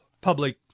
public